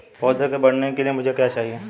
पौधे के बढ़ने के लिए मुझे क्या चाहिए?